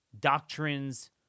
doctrines